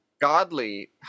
godly